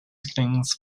things